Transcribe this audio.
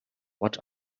what